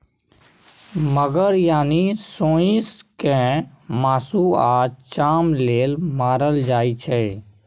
मगर यानी सोंइस केँ मासु आ चाम लेल मारल जाइ छै